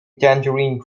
tangerine